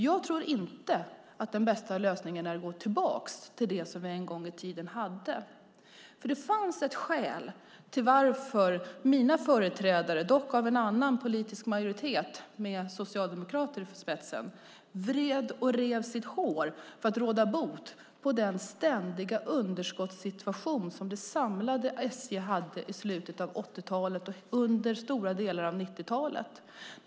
Jag tror inte att den bästa lösningen är att gå tillbaka till det som vi en gång i tiden hade. Det fanns ett skäl till att mina företrädare, dock av en annan politisk majoritet med socialdemokrater i spetsen, vred och rev sitt hår för att råda bot på den ständiga underskottssituation som det samlade SJ hade i slutet av 80-talet och under stora delar av 90-talet.